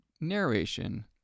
narration